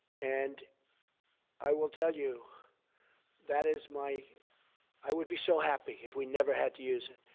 and i will tell you that is my i would be so happy if we never had to use it.